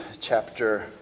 chapter